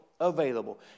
available